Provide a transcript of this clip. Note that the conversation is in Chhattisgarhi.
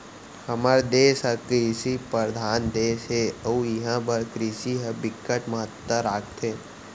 हमर देस ह कृषि परधान देस हे अउ इहां बर कृषि ह बिकट महत्ता राखथे